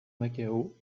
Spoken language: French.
macao